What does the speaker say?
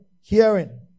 Hearing